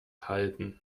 halten